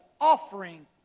offering